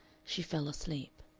she fell asleep.